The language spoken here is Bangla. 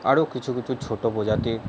আরও কিছু কিছু ছোটো প্রজাতির